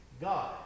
God